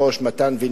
מתקדמים.